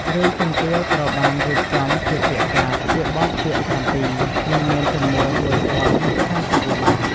រឿងទុំទាវត្រូវបានរៀបចំជាពាក្យកាព្យ ជាបទពាក្យ៧ និងមានចំនួន១០៥០ល្បះ។